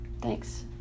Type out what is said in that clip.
thanks